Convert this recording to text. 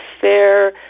fair